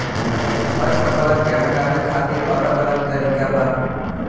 खर पतवार के हटावे खातिर अलग अलग तरीका बा